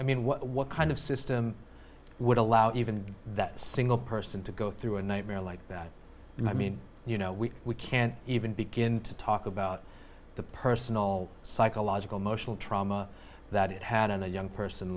mean what kind of system would allow even that single person to go through a nightmare like that and i mean you know we can't even begin to talk about the personal psychological emotional trauma that it had on a young person